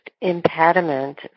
impediment